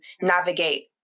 navigate